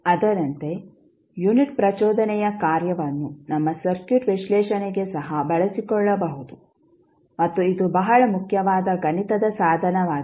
ಅದರಂತೆ ಯುನಿಟ್ ಪ್ರಚೋದನೆಯ ಕಾರ್ಯವನ್ನು ನಮ್ಮ ಸರ್ಕ್ಯೂಟ್ ವಿಶ್ಲೇಷಣೆಗೆ ಸಹ ಬಳಸಿಕೊಳ್ಳಬಹುದು ಮತ್ತು ಇದು ಬಹಳ ಮುಖ್ಯವಾದ ಗಣಿತದ ಸಾಧನವಾಗಿದೆ